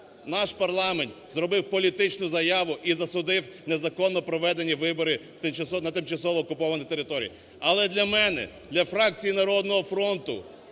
наш парламент зробив політичну заяву і засудив незаконно проведені вибори на тимчасово окупованій території. Але для мене, для фракції "Народного фронту"